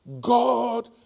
God